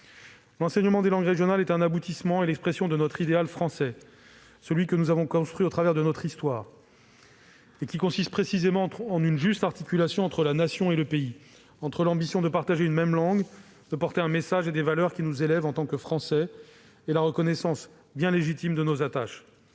L'enseignement des langues régionales est un aboutissement et l'expression de notre idéal français, celui que nous avons construit au travers de notre histoire, et qui consiste précisément en une juste articulation entre la Nation et le pays, entre l'ambition de partager une même langue, de porter un message et des valeurs qui nous élèvent en tant que Français, et la reconnaissance bien légitime de nos attaches.